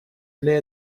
для